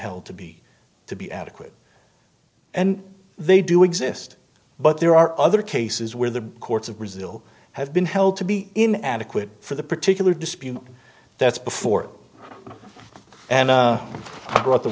held to be to be adequate and they do exist but there are other cases where the courts of brazil have been held to be in adequate for the particular dispute that's before and i brought the